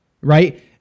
Right